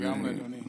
לגמרי, אדוני.